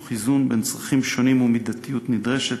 תוך איזון בין צרכים שונים ומידתיות נדרשת.